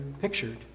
pictured